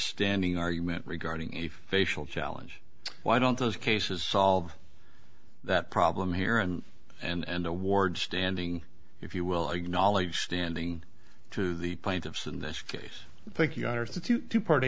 standing argument regarding a facial challenge why don't those cases solve that problem here and and toward standing if you will acknowledge standing to the plaintiffs in this case t